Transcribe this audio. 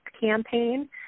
campaign